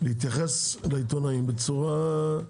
להתייחס לעיתונאים בצורה שונה.